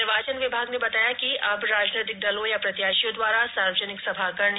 निर्वाचन विभाग ने बताया कि अब राजनीतिक दलों या प्रत्याशियों द्वारा सार्वजनिक सभा हारो है